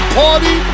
party